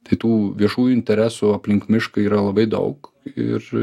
tai tų viešųjų interesų aplink miškq yra labai daug ir